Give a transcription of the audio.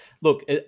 look